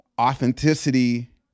authenticity